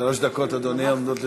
שלוש דקות עומדות לרשותך.